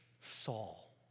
Saul